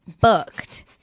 booked